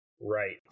right